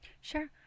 sure